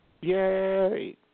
Yay